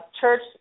church